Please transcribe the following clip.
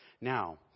Now